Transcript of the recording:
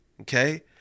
Okay